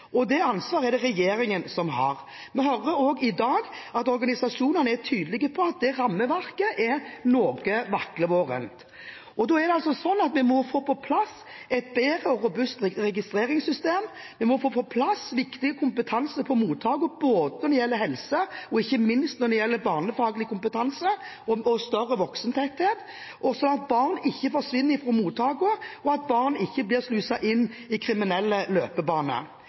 og det ansvaret er det regjeringen som har. Vi hører også i dag at organisasjonene er tydelige på at det rammeverket er noe vaklevorent. Da må vi få på plass et bedre – og robust – registreringssystem, vi må få på plass viktig kompetanse på mottak når det gjelder helse, og ikke minst når det gjelder barnefaglig kompetanse og større voksentetthet, slik at barn ikke forsvinner fra mottakene, og at barn ikke blir sluset inn i en kriminell løpebane.